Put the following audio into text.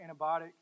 antibiotic